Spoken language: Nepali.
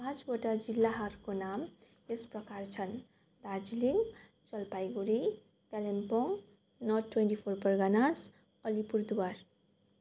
पाँचवटा जिल्लाहरूको नाम यस प्रकार छन् Darjeeling Jalpaiguri Kalimpong north twenty four Parganas Alipurduar